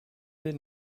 den